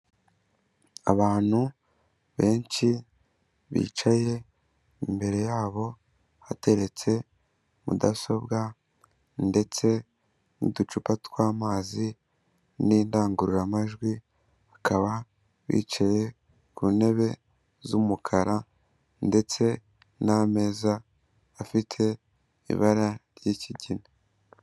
Abantu benshi bicaye, imbere yabo hateretse mudasobwa ndetse n'uducupa tw'amazi n'indangururamajwi, bakaba bicaye ku ntebe z'umukara ndetse n'ameza afite ibara ry'ikigina.